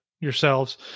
yourselves